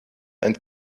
and